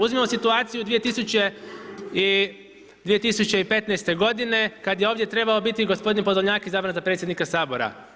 Uzmimo situaciju 2015. godine kada je ovdje trebao biti gospodin Podolnjak izabran za predsjednika Sabora.